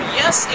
yes